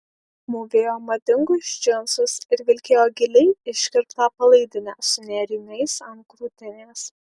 mūvėjo madingus džinsus ir vilkėjo giliai iškirptą palaidinę su nėriniais ant krūtinės